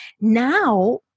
now –